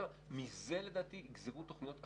ומזה לדעתי יגזרו תוכניות אחרות.